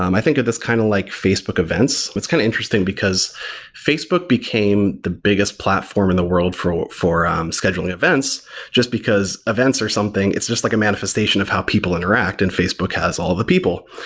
um i think it's kind of like facebook events. it's kind of interesting, because facebook became the biggest platform in the world for for um scheduling events just because events are something. it's just like a manifestation of how people interact, and facebook has all the people.